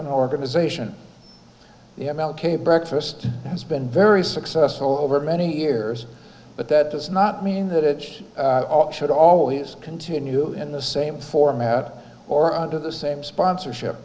an organization the m l k breakfast has been very successful over many years but that does not mean that it should always continue in the same format or under the same sponsorship